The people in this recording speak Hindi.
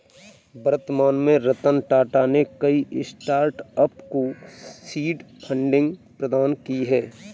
वर्तमान में रतन टाटा ने कई स्टार्टअप को सीड फंडिंग प्रदान की है